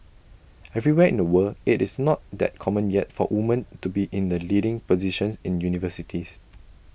everywhere in the world IT is not that common yet for women to be in the leading positions in universities